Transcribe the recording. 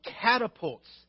catapults